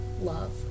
love